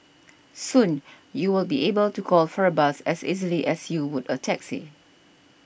soon you will be able to call for a bus as easily as you would a taxi